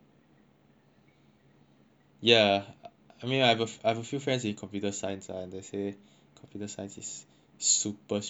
ya I mean I I have a few friends in computer science